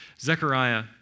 Zechariah